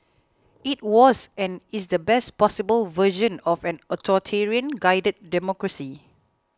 it was and is the best possible version of an authoritarian guided democracy